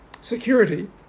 security